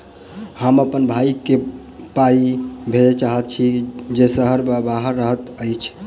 हम अप्पन भयई केँ पाई भेजे चाहइत छि जे सहर सँ बाहर रहइत अछि